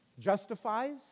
justifies